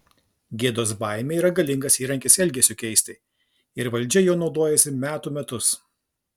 gėdos baimė yra galingas įrankis elgesiui keisti ir valdžia juo naudojasi metų metus